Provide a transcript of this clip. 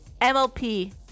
MLP